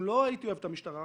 אם לא הייתי אוהב את המשטרה,